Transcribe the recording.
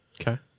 Okay